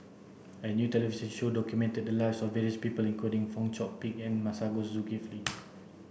a new television show documented the lives of various people including Fong Chong Pik and Masagos Zulkifli